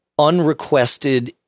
unrequested